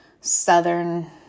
southern